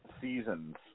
seasons